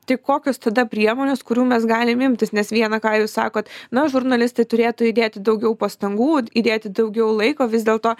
tai kokios tada priemonės kurių mes galim imtis nes viena ką jūs sakot na žurnalistai turėtų įdėti daugiau pastangų įdėti daugiau laiko vis dėlto